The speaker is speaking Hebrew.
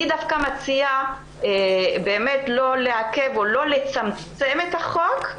אני מציעה לא לעכב או לא לצמצם את החוק,